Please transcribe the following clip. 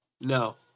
No